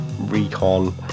recon